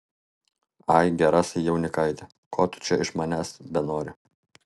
ai gerasai jaunikaiti ko tu čia iš manęs benori